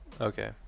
Okay